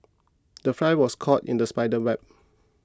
the fly was caught in the spider's web